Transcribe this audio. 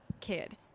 kid